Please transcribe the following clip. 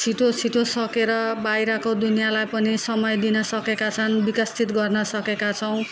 छिटो छिटो सकेर बाहिरको दुनियाँलाई पनि समय दिनसकेका छन् विकसित गर्न सकेका छौँ